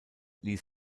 ließ